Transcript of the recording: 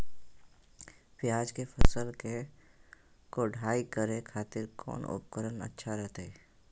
प्याज के फसल के कोढ़ाई करे खातिर कौन उपकरण अच्छा रहतय?